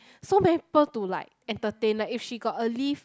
so many people to like entertain like if she got a leave